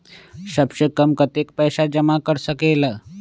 सबसे कम कतेक पैसा जमा कर सकेल?